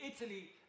Italy